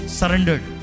surrendered